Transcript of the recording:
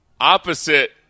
opposite